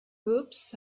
oops